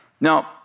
Now